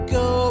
go